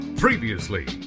Previously